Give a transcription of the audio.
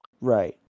Right